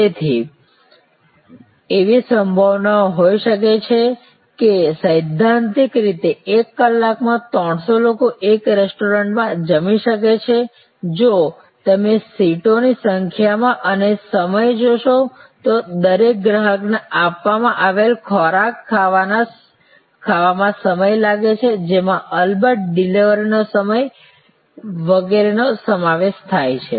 તેથી એવી સંભાવના હોઈ શકે કે સૈદ્ધાંતિક રીતે એક કલાકમાં 300 લોકો એક રેસ્ટોરન્ટમાં જમી શકે છે જો તમે સીટોની સંખ્યા અને સમય જોશો તો દરેક ગ્રાહકને આપવામાં આવેલ ખોરાક ખાવામાં સમય લાગે છે જેમાં અલબત્ત ડિલિવરીનો સમય વગેરેનો સમાવેશ થાય છે